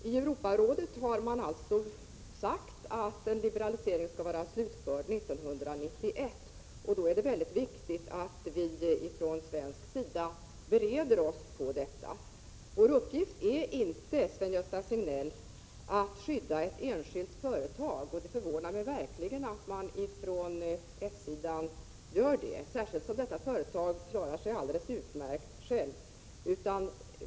I Europarådet har man nämligen sagt att en liberalisering skall vara slutförd 1991, och då är det viktigt att vi från svensk sida bereder oss på detta. Vår uppgift, Sven-Gösta Signell, är inte att skydda ett enskilt företag. Det förvånar mig verkligen att man från s-sidan gör det — särskilt som detta företag klarar sig alldeles utmärkt självt.